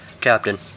Captain